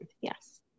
Yes